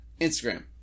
Instagram